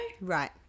Right